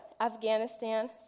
Afghanistan